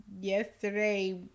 yesterday